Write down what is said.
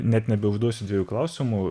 net nebeužduosiu dviejų klausimų